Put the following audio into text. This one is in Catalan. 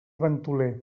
ventoler